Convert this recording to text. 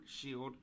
shield